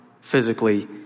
physically